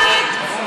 את חוצפנית,